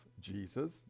Jesus